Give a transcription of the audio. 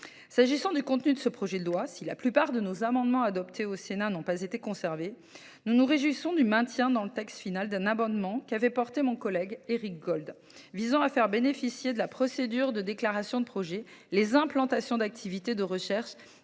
Pour en revenir à ce projet de loi, si la plupart de nos amendements, adoptés au Sénat, n’ont pas été conservés, nous nous réjouissons du maintien dans le texte final d’un amendement de notre collègue Éric Gold visant à faire bénéficier de la procédure de déclaration de projet les implantations d’activités de recherche